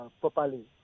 properly